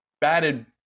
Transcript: batted